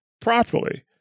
properly